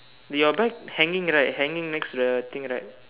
do your bag hanging right hanging next to the thing right